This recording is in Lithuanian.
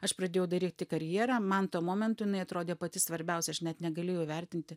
aš pradėjau daryti karjerą man tuo momentu jinai atrodė pati svarbiausia aš net negalėjau įvertinti